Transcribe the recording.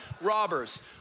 robbers